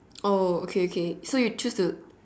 oh okay okay so you choose to